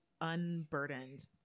unburdened